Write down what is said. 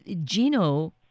Gino